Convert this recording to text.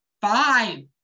Five